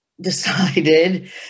decided